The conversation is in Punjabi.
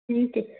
ਠੀਕ ਹੈ